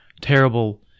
terrible